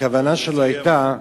והכוונה שלו היתה,